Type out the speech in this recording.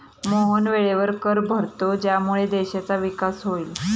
मोहन वेळेवर कर भरतो ज्यामुळे देशाचा विकास होईल